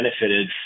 benefited